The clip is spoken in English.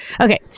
Okay